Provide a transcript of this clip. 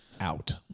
out